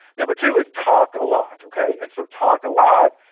number two is talk a lot, okay, and so talk a lot,